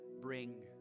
bring